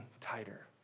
tighter